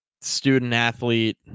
student-athlete –